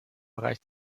bereich